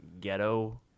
ghetto